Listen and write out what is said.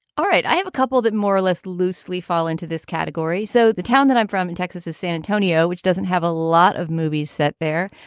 all right i have a couple that more or less loosely fall into this category. so the town that i'm from in texas is san antonio, which doesn't have a lot of movies set there.